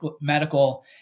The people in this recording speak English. medical